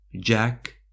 Jack